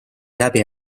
läbi